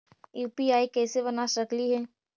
UPI कैसे बना सकली हे?